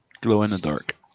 Glow-in-the-dark